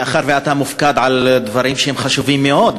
מאחר שאתה מופקד על דברים שהם חשובים מאוד,